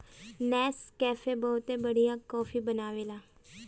Nescafe बहुते बढ़िया coffee बनावेला